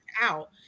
out